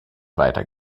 weiter